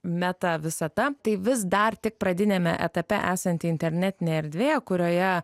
metą visata tai vis dar tik pradiniame etape esanti internetinė erdvė kurioje